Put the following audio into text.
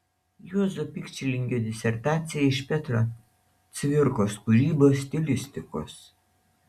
juozo pikčilingio disertacija iš petro cvirkos kūrybos stilistikos